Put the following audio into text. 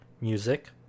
music